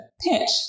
pitch